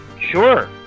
Sure